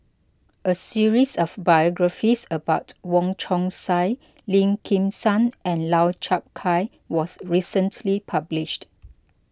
a series of biographies about Wong Chong Sai Lim Kim San and Lau Chiap Khai was recently published